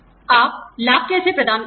आप लाभ कैसे प्रदान करते हैं